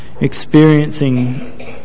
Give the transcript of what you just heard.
experiencing